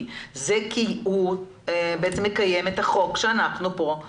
אלא הוא מקיים את החוק שאנחנו כאן מחוקקים.